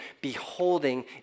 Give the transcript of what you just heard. beholding